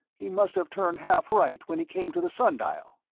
he must have turned half right when he came to the sun-dial.